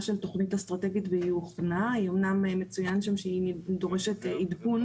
אומנם יש תוכנית ממשלתית,